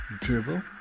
Dribble